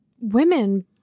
women